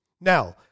Now